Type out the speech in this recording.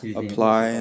apply